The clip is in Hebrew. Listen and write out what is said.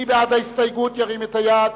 מי בעד ההסתייגות, ירים את היד.